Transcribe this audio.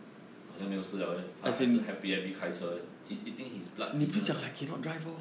好像没有事 liao leh 他还是 happy happy 开车 he's eating his blood dinner lah